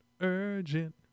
urgent